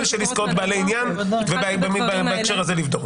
של עסקאות בעלי עניין ובהקשר הזה לבדוק אותו.